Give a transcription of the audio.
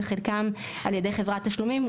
וחלקם על ידי חברת תשלומים,